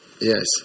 Yes